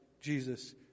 Jesus